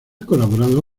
colaborado